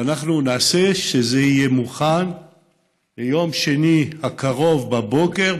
ואנחנו נעשה שזה יהיה מוכן ביום שני הקרוב בבוקר,